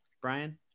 Brian